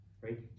right